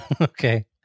Okay